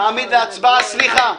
מעמיד להצבעה, סליחה.